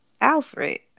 Alfred